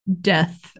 death